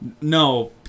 No